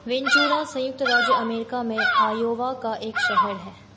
Ventura संयुक्त राज्य America में आयोवा का एक शहर है